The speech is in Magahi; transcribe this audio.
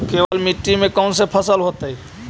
केवल मिट्टी में कौन से फसल होतै?